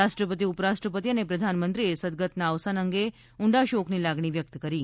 રાષ્ટ્રપતિ ઉપરાષ્ટ્રપતિ અને પ્રધાનમંત્રીએ સદગત ના અવસાન અંગે ઉંડા શોકની લાગણી વ્યક્ત કરી છે